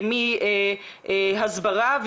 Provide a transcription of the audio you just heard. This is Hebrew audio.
מהסברה,